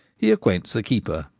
he acquaints the keeper,